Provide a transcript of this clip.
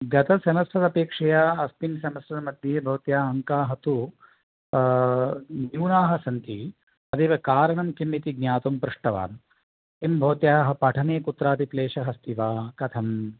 गतसेमिस्टर् अपेक्षया अस्मिन् सेमिस्टर्मध्ये भवत्याः अङ्काः तु न्यूनाः सन्ति तदेव कारणं किम् इति ज्ञातुं पृष्टवान् किं भवत्याः पठने कुत्रापि क्लेशः अस्ति वा कथम्